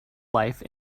life